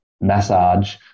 massage